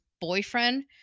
boyfriend